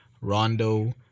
Rondo